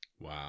Wow